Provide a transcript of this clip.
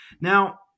Now